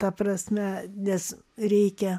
ta prasme nes reikia